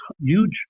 huge